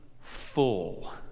full